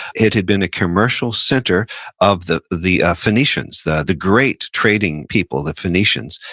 it had been a commercial center of the the phoenicians, the the great trading people, the phoenicians.